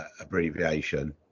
abbreviation